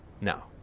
No